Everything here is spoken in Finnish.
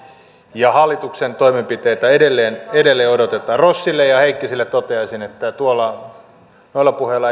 ja hallituksen toimenpiteitä edelleen edelleen odotetaan rossille ja heikkiselle toteaisin että jalkapallotermein noilla puheilla